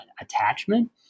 attachment